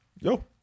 yo